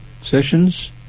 sessions